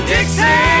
Dixie